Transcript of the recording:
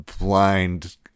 blind